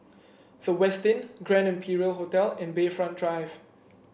The Westin Grand Imperial Hotel and Bayfront Drive